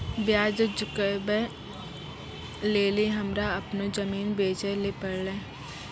ब्याज चुकबै लेली हमरा अपनो जमीन बेचै ले पड़लै